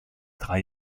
drei